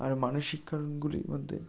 আর মানসিক কারণগুলির মধ্যে